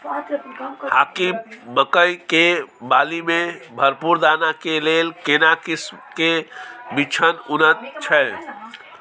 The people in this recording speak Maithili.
हाकीम मकई के बाली में भरपूर दाना के लेल केना किस्म के बिछन उन्नत छैय?